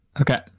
Okay